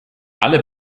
alle